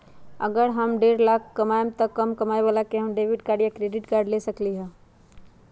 अगर हम हर साल डेढ़ लाख से कम कमावईले त का हम डेबिट कार्ड या क्रेडिट कार्ड ले सकली ह?